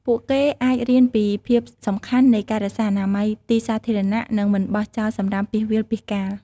ពួកគេអាចរៀនពីភាពសំខាន់នៃការរក្សាអនាម័យទីសាធារណៈ និងមិនបោះចោលសំរាមពាសវាលពាសកាល។